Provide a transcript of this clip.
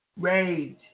Rage